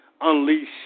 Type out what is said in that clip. unleash